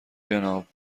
جناب